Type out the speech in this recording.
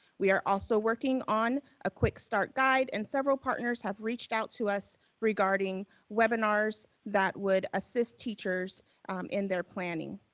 we are also working on a quick start guide and several partners have reached out to us regarding webinars that would assist teachers in their planning.